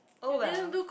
oh well